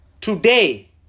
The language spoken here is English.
Today